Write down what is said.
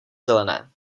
zelené